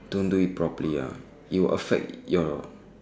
don't do it properly ah it'll affect your